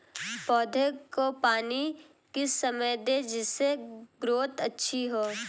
पौधे को पानी किस समय दें जिससे ग्रोथ अच्छी हो?